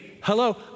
Hello